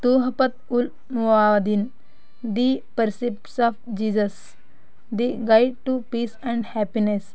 Tuhfat ul Muwahhidin the precepts of Jesus the guide to peace and happiness